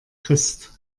christ